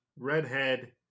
redhead